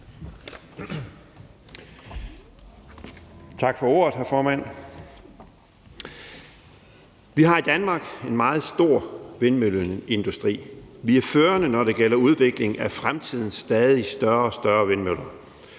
Tak for ordet, hr. formand. Vi har i Danmark en meget stor vindmølleindustri. Vi er førende, når det gælder udvikling af fremtidens stadig større vindmøller.